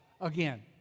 again